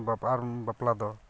ᱵᱟᱯᱞᱟ ᱟᱨ ᱵᱟᱯᱞᱟ ᱫᱚ